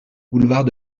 boulevard